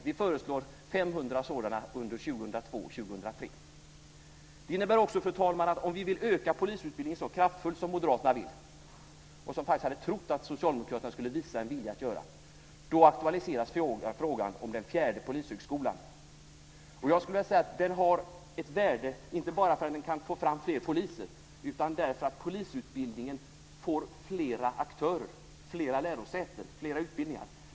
Vi föreslår 500 sådana under Det innebär också, fru talman, att om vi vill öka polisutbildningen så kraftfullt som moderaterna vill, och som jag faktiskt hade trott att socialdemokraterna skulle visa en vilja att göra, aktualiseras frågan om den fjärde polishögskolan. Den har ett värde, inte bara för att den kan få fram fler poliser utan därför att polisutbildningen får fler aktörer, flera lärosäten, flera utbildningar.